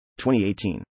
2018